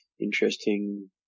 interesting